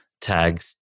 tags